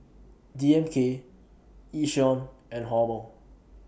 D M K Yishion and Hormel